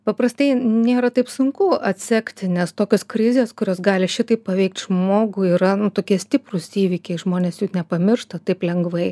paprastai nėra taip sunku atsekti nes tokios krizės kurios gali šitaip paveikt žmogų yra tokie stiprūs įvykiai žmonės jų nepamiršta taip lengvai